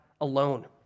alone